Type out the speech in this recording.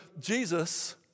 Jesus